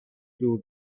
دور